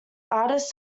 artists